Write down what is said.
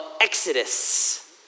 Exodus